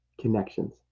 connections